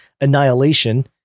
annihilation